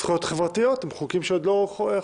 זכויות חברתיות הוא חוק יסוד שעוד לא חוקק.